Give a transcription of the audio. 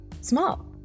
small